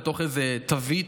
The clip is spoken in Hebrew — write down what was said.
לתוך איזו תווית,